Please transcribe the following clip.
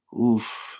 Oof